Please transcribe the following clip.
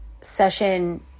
session